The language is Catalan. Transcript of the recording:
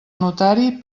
notari